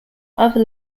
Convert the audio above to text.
other